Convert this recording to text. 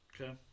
Okay